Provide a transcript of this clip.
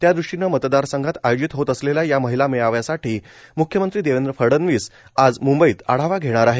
त्यादृष्टीनं मतदारसंघात आयोजित होत असलेल्या या महिला मेळाव्यासाठी मुख्यमंत्री देवेंद्र फडणवीस आज मुंबईत आढावा घेणार आहे